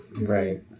right